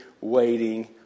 waiting